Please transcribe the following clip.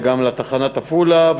וגם לתחנת עפולה,